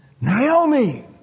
Naomi